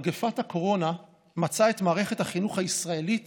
מגפת הקורונה מצאה את מערכת החינוך הישראלית